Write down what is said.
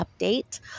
update